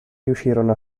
riuscirono